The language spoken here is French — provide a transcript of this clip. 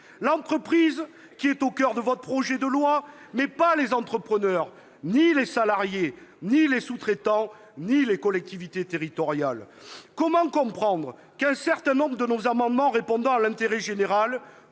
L'entreprise serait au coeur de votre projet de loi, mais pas les entrepreneurs, ni les salariés, ni les sous-traitants, ni les collectivités territoriales ! Comment comprendre qu'un certain nombre de nos amendements répondant à l'intérêt général,